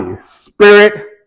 spirit